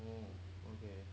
oh okay